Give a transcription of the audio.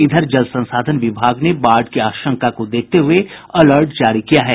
इधर जल संसाधन विभाग ने बाढ़ की आशंका को देखते हुए अलर्ट जारी किया है